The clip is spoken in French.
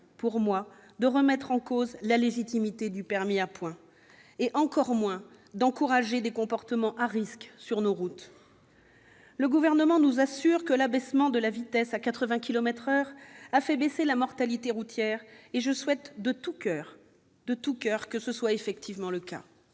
pour moi de remettre en cause la légitimité du permis à points et encore moins d'encourager des comportements à risque sur nos routes. Le Gouvernement nous assure que l'abaissement de la vitesse à 80 kilomètres par heure a fait baisser la mortalité routière. C'est faux ! Je souhaite de tout coeur que ce soit effectivement le cas.